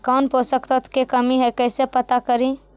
कौन पोषक तत्ब के कमी है कैसे पता करि?